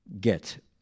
get